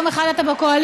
יום אחד אתה בקואליציה,